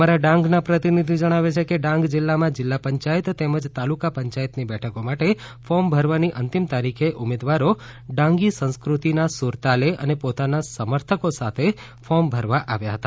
અમારા ડાંગના પ્રતિનિધિ જણાવે છે કે ડાંગ જિલ્લામાં જિલ્લા પંચાયત તેમજ તાલુકા પંચાયતની બેઠકો માટે ફોર્મ ભરવાની અંતિમ તારીખે ઉમેદવારો ડાંગી સંસ્કૃતિના સુર તાલે અને પોતાના સમર્થકો સાથે ફોર્મ ભરવા આવ્યા હતા